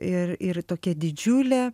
ir ir tokia didžiulė